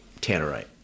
Tannerite